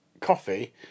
coffee